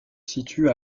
situe